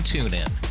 TuneIn